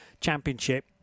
championship